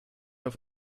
auf